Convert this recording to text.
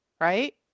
right